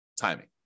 timing